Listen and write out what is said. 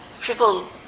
people